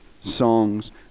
songs